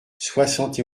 soixante